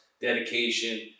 dedication